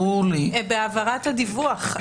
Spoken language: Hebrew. בהעברת הדיווח.